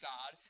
God